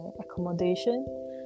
accommodation